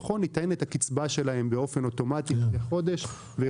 בתוכו נטענת הקצבה שלהם באופן אוטומטי מדי חודש.